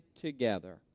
together